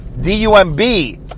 D-U-M-B